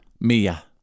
Mia